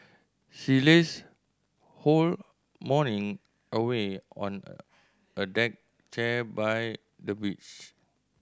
she lazed whole morning away on a a deck chair by the beach